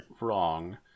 wrong